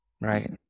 right